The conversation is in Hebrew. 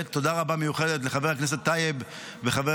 תודה רבה מיוחדת לחבר הכנסת טייב ולחבר